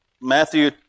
Matthew